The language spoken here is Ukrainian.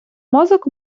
мозок